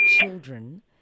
children